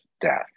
death